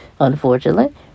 unfortunately